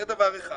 זה דבר אחד.